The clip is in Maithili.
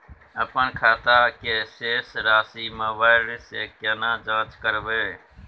अपन खाता के शेस राशि मोबाइल से केना जाँच करबै?